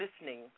listening